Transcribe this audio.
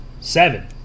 Seven